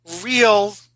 real –